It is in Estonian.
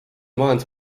majandus